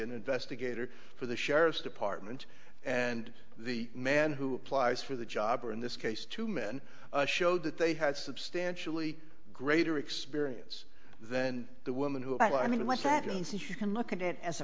an investigator for the sheriff's department and the man who applies for the job or in this case two men showed that they had substantially greater experience then the woman who i mean what that means is you can look at it as a